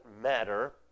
matter